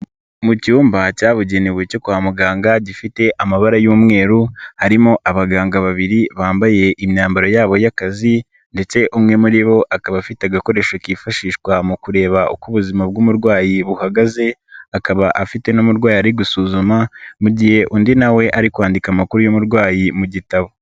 Mu cyumba cyabugenewe cyo kwa muganga gifite amabara y'umweru, harimo abaganga babiri, bambaye imyambaro yabo y'akazi ndetse umwe muri bo, akaba afite agakoresho kifashishwa mu kureba uko ubuzima bw'umurwayi buhagaze, akaba afite n'umurwayi ari gusuzuma, mu gihe undi na we ari kwandika amakuru y'umurwayi mu gitabo.